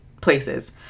places